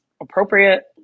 appropriate